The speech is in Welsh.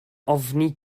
ofni